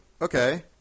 Okay